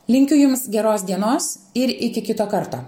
linkiu jums geros dienos ir iki kito karto